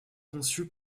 conçu